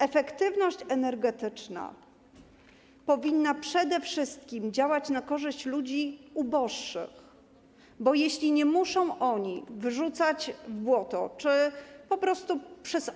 Efektywność energetyczna powinna przede wszystkim działać na korzyść ludzi uboższych, bo jeśli nie muszą oni wyrzucać w błoto czy po prostu przez